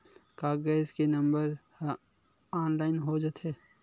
का गैस के नंबर ह ऑनलाइन हो जाथे?